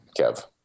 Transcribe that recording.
Kev